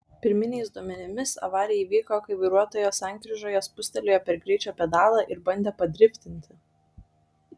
pirminiais duomenimis avarija įvyko kai vairuotojas sankryžoje spustelėjo per greičio pedalą ir bandė padriftinti